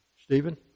Stephen